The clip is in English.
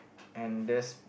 and there's